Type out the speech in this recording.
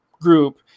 group